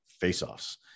face-offs